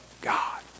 God